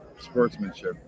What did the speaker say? Sportsmanship